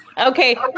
Okay